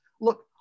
look